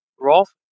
Rolf